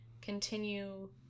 continue